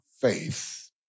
faith